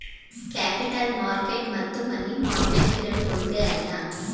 capital market ಮತ್ತು money market ಎರಡೂ ಒಂದೇ ಅಲ್ಲ